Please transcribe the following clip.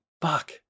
Fuck